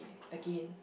again